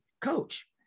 Coach